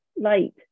light